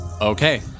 Okay